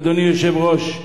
אדוני היושב-ראש,